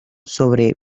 sobre